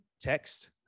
text